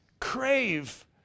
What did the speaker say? crave